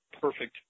perfect